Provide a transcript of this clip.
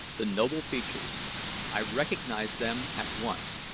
the noble features i recognized them at once,